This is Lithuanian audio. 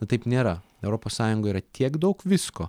na taip nėra europos sąjungoj yra tiek daug visko